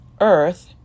Earth